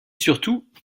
surtout